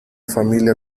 familia